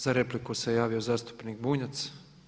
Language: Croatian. Za repliku se javio zastupnik Bunjac.